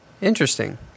interesting